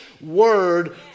word